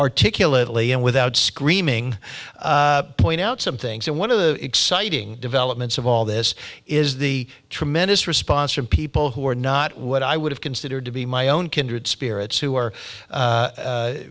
articulate lee and without screaming point out some things and one of the exciting developments of all this is the tremendous response from people who are not what i would have considered to be my own kindred spirits who are